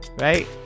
Right